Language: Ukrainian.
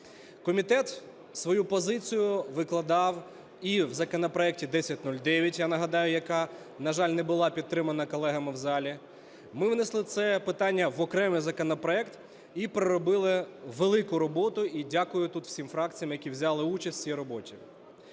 Комітет свою позицію викладав і в законопроекті 1009, я нагадаю, яка, на жаль, не була підтримана колегами в залі. Ми внесли це питання в окремий законопроект і проробили велику роботу. І дякую тут всім фракціям, які взяли участь в цій роботі.